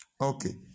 Okay